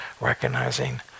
Recognizing